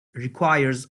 requires